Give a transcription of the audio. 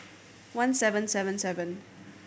one seven seven seven